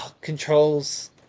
controls